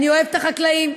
אני אוהבת את החקלאים,